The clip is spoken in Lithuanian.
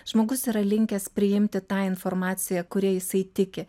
žmogus yra linkęs priimti tą informaciją kuria jisai tiki